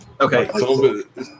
Okay